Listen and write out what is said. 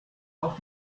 auch